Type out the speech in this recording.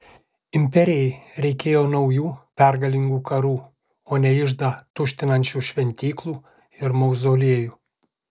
imperijai reikėjo naujų pergalingų karų o ne iždą tuštinančių šventyklų ir mauzoliejų